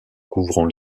couvrant